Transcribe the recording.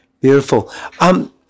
Beautiful